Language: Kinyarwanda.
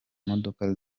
modoka